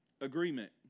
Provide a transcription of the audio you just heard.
Agreement